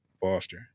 Foster